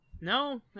No